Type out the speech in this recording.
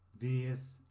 vs